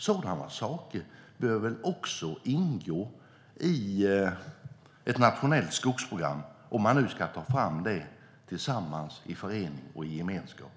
Sådana saker bör väl också ingå i ett nationellt skogsprogram, om man nu ska ta fram det tillsammans och i gemenskap?